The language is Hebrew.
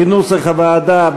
כנוסח הוועדה,